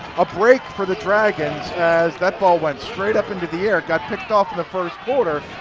a break for the dragons as that ball went straight up into the air, got picked off in the first quarter,